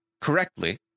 correctly